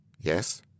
Yes